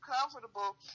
comfortable